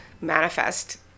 Manifest